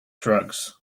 drugs